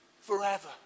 forever